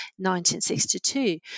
1962